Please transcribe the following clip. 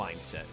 mindset